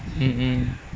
mm mm